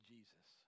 Jesus